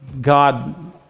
God